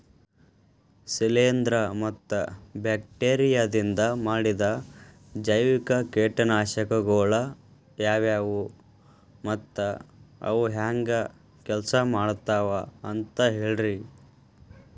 ಶಿಲೇಂಧ್ರ ಮತ್ತ ಬ್ಯಾಕ್ಟೇರಿಯದಿಂದ ಮಾಡಿದ ಜೈವಿಕ ಕೇಟನಾಶಕಗೊಳ ಯಾವ್ಯಾವು ಮತ್ತ ಅವು ಹೆಂಗ್ ಕೆಲ್ಸ ಮಾಡ್ತಾವ ಅಂತ ಹೇಳ್ರಿ?